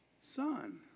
Son